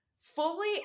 fully